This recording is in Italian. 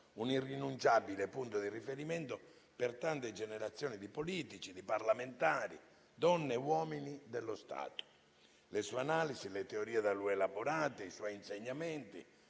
un irrinunciabile punto di riferimento per tante generazioni di politici, di parlamentari, donne e uomini dello Stato. Le sue analisi e le teorie da lui elaborate, i suoi insegnamenti